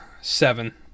Seven